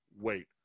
Wait